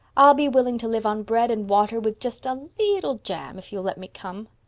i'll be willing to live on bread and water with just a leetle jam if you'll let me come.